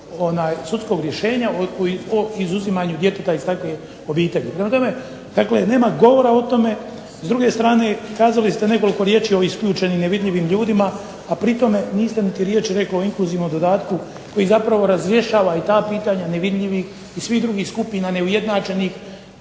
sudskog rješenja o izuzimanju djeteta iz takve obitelji. Prema tome, dakle nema govora o tome. S druge strane kazali ste nekoliko riječi o isključenim i nevidljivim ljudima, a pri tome niste niti riječi rekli o inkluzivnom dodatku koji zapravo razrješava i ta pitanja nevidljivih i svih drugih skupina neujednačenih.